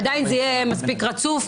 עדיין זה יהיה מספיק רצוף,